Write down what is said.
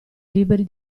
liberi